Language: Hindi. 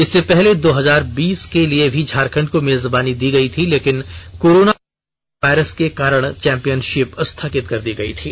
इससे पहले दो हजार बीस के लिए भी झारखंड को मेजबानी दी गयी थी लेकिन कोरोना वायरस के कारण चैंपियनषिप स्थगित कर दी गयी थी